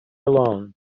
alone